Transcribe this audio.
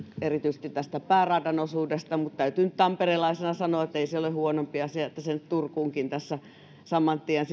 erityisesti tästä pääradan osuudesta mutta täytyy nyt tamperelaisena sanoa että ei se ole huonompi asia että sinne turkuunkin tässä saman tien